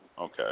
Okay